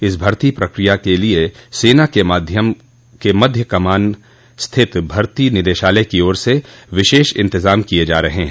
इस भर्ती प्रक्रिया के लिए सेना के मध्य कमान स्थित भर्ती निदेशालय की ओर से विशेष इंतजाम किये जा रहे हैं